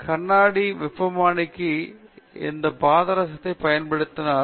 நீங்கள் கண்ணாடி வெப்பமானிக்கு இந்த பாதரசத்தைப் பயன்படுத்தினீர்களா